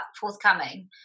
forthcoming